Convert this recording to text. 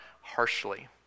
harshly